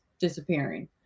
disappearing